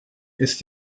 ist